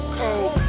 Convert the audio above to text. cold